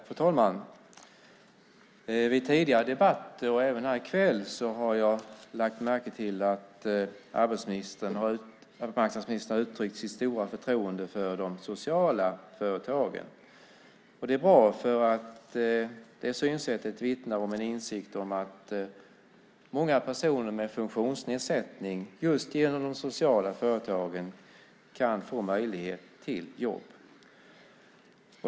Fru talman! Vid tidigare debatter och även här i kväll har jag lagt märke till att arbetsmarknadsministern har uttryckt sitt stora förtroende för de sociala företagen. Det är bra, för det synsättet vittnar om en insikt om att många personer med funktionsnedsättning genom de sociala företagen kan få möjlighet till jobb.